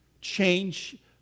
change